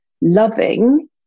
loving